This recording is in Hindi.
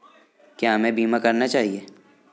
क्या हमें बीमा करना चाहिए?